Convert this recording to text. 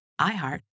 iHeart